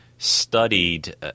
Studied